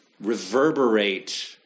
reverberate